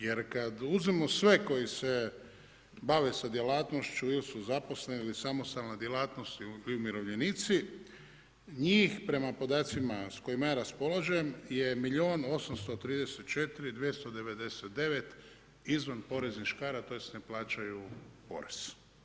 Jer kad uzmemo sve koji se bave sa djelatnošću ili su zaposleni ili samostalna djelatnost ili umirovljenici, njih prema podacima s kojima ja raspolažem je 1834299 izvan poreznih škara tj. ne plaćaju porez.